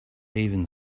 even